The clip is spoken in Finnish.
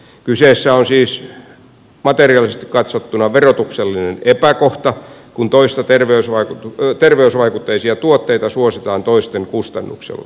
kyseessä on siis materiaalisesti katsottuna verotuksellinen epäkohta kun toisia terveysvaikutteisia tuotteita suositaan toisten kustannuksella